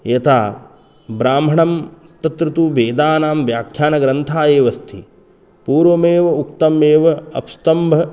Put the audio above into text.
यथा ब्राह्मणं तत्र तु वेदानां व्याख्यानग्रन्थः एव अस्ति पूर्वमेव उक्तम् एव आपस्तम्भ